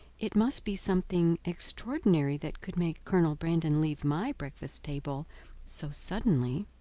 it must be something extraordinary that could make colonel brandon leave my breakfast table so suddenly.